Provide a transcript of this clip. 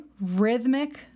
rhythmic